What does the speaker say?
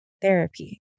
therapy